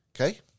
Okay